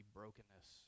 brokenness